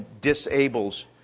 disables